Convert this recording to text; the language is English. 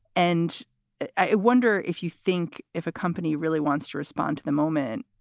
and i ah wonder if you think if a company really wants to respond to the moment,